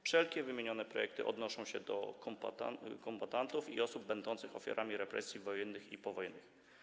Wszelkie wymienione projekty odnoszą się do kombatantów i osób będących ofiarami represji wojennych i powojennych.